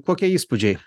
kokie įspūdžiai